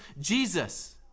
Jesus